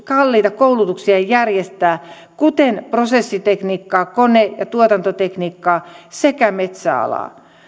kalliita koulutuksia järjestää kuten prosessitekniikkaa kone ja tuotantotekniikkaa sekä metsäalaa